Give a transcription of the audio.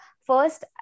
first